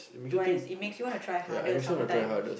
twice it makes you wanna try harder sometimes